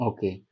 Okay